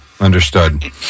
understood